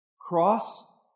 Cross